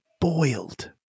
boiled